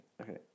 okay